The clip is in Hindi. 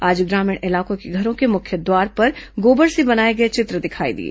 आज ग्रामीण इलाकों के घरों के मुख्य द्वार पर गोबर से बनाए गए चित्र दिखाई दिए